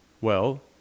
Well